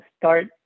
start